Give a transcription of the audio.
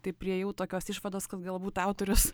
tai priėjau tokios išvados kad galbūt autorius